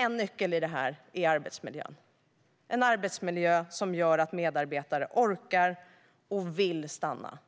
En nyckel till det här är en arbetsmiljö som gör att medarbetare orkar och vill stanna,